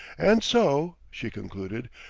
and so, she concluded,